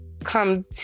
Come